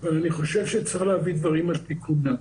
אבל אני חושב שצריך להביא דברים על תיקונם,